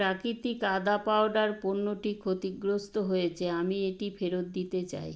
প্রাকৃতিক আদা পাউডার পণ্যটি ক্ষতিগ্রস্ত হয়েছে আমি এটি ফেরত দিতে চাই